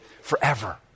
Forever